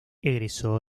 egresó